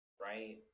Right